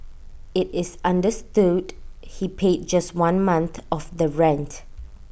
IT is understood he paid just one month of the rent